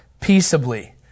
peaceably